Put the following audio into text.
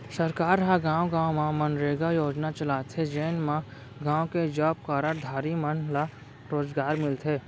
सरकार ह गाँव गाँव म मनरेगा योजना चलाथे जेन म गाँव के जॉब कारड धारी मन ल रोजगार मिलथे